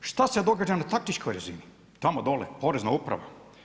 Šta se događa na taktičkoj razini tamo dole Porezna uprava?